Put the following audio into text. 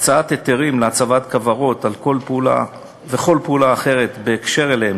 הקצאת היתרים להצבת כוורות וכל פעולה אחרת בקשר להם